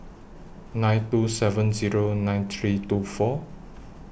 nine two seven Zero nine three two four